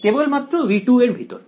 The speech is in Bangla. কেবলমাত্র V2 এর ভিতর